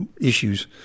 issues